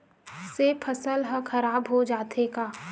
से फसल ह खराब हो जाथे का?